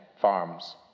farms